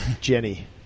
jenny